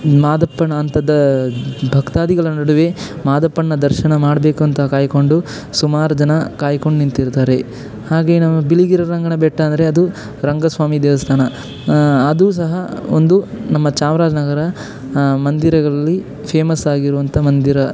ಮಾದಪ್ಪನ ಅಂಥದ್ದು ಭಕ್ತಾದಿಗಳ ನಡುವೆ ಮಾದಪ್ಪನ ದರ್ಶನ ಮಾಡಬೇಕು ಅಂತ ಕಾಯ್ಕೊಂಡು ಸುಮಾರು ಜನ ಕಾಯ್ಕೊಂಡು ನಿಂತಿರ್ತಾರೆ ಹಾಗೆ ನಮ್ಮ ಬಿಳಿಗಿರಿ ರಂಗನ ಬೆಟ್ಟ ಅಂದರೆ ಅದು ರಂಗಸ್ವಾಮಿ ದೇವಸ್ಥಾನ ಅದು ಸಹ ಒಂದು ನಮ್ಮ ಚಾಮರಾಜನಗರ ಮಂದಿರಗಳಲ್ಲಿ ಫೇಮಸ್ ಆಗಿರುವಂಥ ಮಂದಿರ